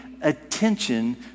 attention